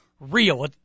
real